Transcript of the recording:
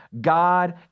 God